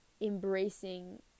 embracing